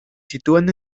sitúan